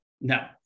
No